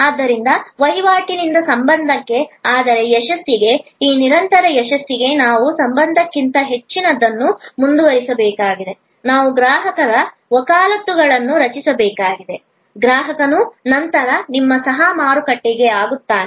ಆದ್ದರಿಂದ ವಹಿವಾಟಿನಿಂದ ಸಂಬಂಧಕ್ಕೆ ಆದರೆ ಯಶಸ್ಸಿಗೆ ಈ ನಿರಂತರ ಯಶಸ್ಸಿಗೆ ನಾವು ಸಂಬಂಧಕ್ಕಿಂತ ಹೆಚ್ಚಿನದನ್ನು ಮುಂದುವರಿಸಬೇಕಾಗಿದೆ ನಾವು ಗ್ರಾಹಕರ ವಕಾಲತ್ತುಗಳನ್ನು ರಚಿಸಬೇಕಾಗಿದೆ ಗ್ರಾಹಕನು ನಂತರ ನಿಮ್ಮ ಸಹ ಮಾರುಕಟ್ಟೆ ಆಗುತ್ತಾನೆ